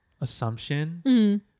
assumption